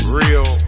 real